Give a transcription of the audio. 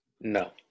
No